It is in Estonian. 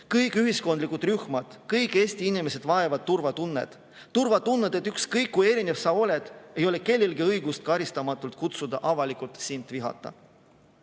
Kõik ühiskondlikud rühmad, kõik Eesti inimesed vajavad turvatunnet – turvatunnet, et ükskõik, kui erinev sa oled, ei ole kellelgi õigust karistamatult kutsuda avalikult [üles] sind vihkama. Ma